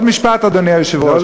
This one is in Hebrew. עוד משפט, אדוני היושב-ראש.